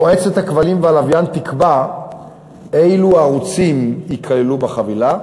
מועצת הכבלים והלוויין תקבע אילו ערוצים ייכללו בחבילה,